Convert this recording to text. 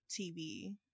TV